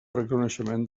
reconeixement